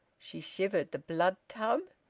she shivered. the blood tub?